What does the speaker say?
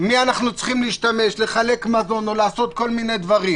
במי אנחנו צריכים להשתמש לחלק מזון או לעשות כל מיני דברים.